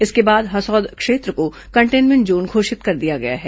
इसके बाद हसौद क्षेत्र को कंटेनमेंट जोन घोषित कर दिया गया है